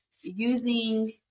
using